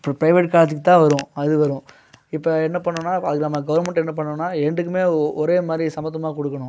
இப்போ ப்ரைவேட் காலேஜுக்கு தான் வரும் அது வரும் இப்போ என்ன பண்ணும்னா அதுக்கு நம்ம கவுர்மெண்ட் என்ன பண்ணும்னா ரெண்டுக்குமே ஒரே மாதிரி சமத்துவமாக கொடுக்கணும்